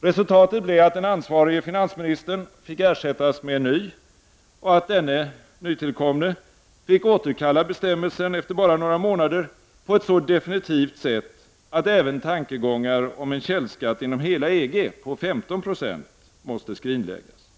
Resultatet blev att den ansvarige finansministern fick ersättas med en ny och att den nytillkomne efter endast några månader fick återkalla bestämmelsen på ett så definitivt sätt att även tankegångar om en källskatt inom hela EG på 15 96 måste skrinläggas.